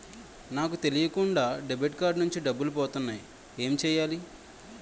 నాకు తెలియకుండా debit card నుంచి డబ్బులు పోతున్నాయి ఎం చెయ్యాలి?